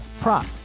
prop